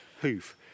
hoof